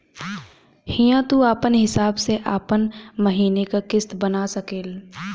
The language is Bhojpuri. हिंया तू आपन हिसाब से आपन महीने का किस्त बना सकेल